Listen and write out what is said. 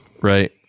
Right